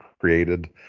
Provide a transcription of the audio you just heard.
created